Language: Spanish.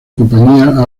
compañía